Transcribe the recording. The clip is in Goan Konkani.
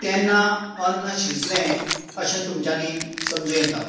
तेन्ना अन्न शिजलें अशें तुमच्यांनी समजूं येता